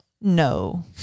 no